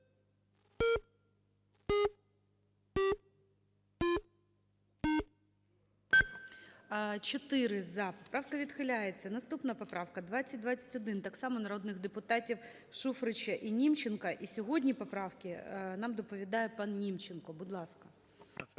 За-4 Поправка відхиляється. Наступна поправка – 2021. Так само народних депутатів Шуфрича і Німченка. І сьогодні поправки нам доповідає пан Німченко. Будь ласка.